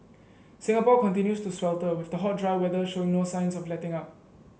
Singapore continues to swelter with the hot dry weather showing no signs of letting up